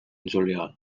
juliol